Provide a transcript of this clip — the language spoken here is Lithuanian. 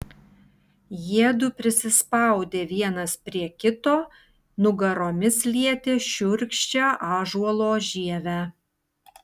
jiedu prisispaudė vienas prie kito nugaromis lietė šiurkščią ąžuolo žievę